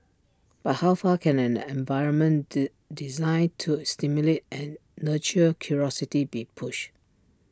but how far can an environment D designed to stimulate and nurture curiosity be pushed